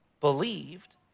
believed